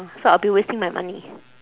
so I'll be wasting my money